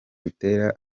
butera